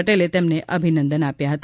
પટેલે તેમને અભિનંદન આપ્યા હતા